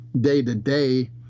day-to-day